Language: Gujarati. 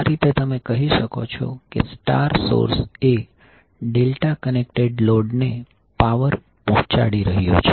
આ રીતે તમે કહી શકો છો કે સ્ટાર સોર્સ એ ડેલ્ટા કનેક્ટેડ લોડ ને પાવર પહોંચાડી રહ્યો છે